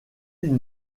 une